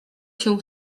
się